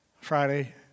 Friday